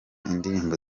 indirimbo